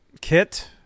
kit